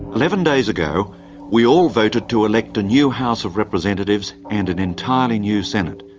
eleven days ago we all voted to elect a new house of representatives and an entirely new senate.